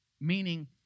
meaning